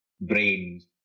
brains